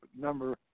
number